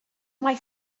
mae